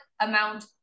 amount